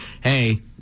hey